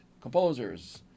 composers